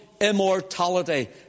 immortality